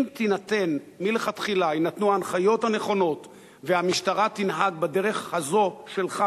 אם מלכתחילה יינתנו ההנחיות הנכונות והמשטרה תנהג בדרך הזו שלך,